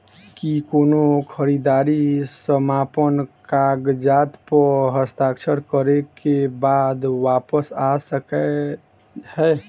की कोनो खरीददारी समापन कागजात प हस्ताक्षर करे केँ बाद वापस आ सकै है?